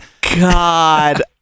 God